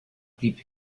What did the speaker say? blieb